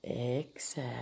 exhale